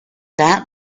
that